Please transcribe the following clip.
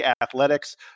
athletics